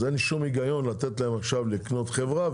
אין שום היגיון לתת להן עכשיו לקנות חברה,